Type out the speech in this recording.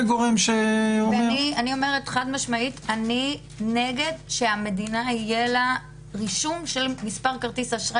אני נגד שלמדינה יהיה רישום של מספר כרטיס אשראי.